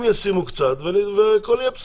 הם ישימו קצת והכול יהיה בסדר.